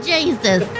Jesus